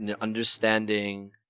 understanding